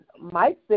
Mike